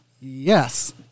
yes